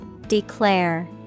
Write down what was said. declare